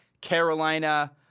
Carolina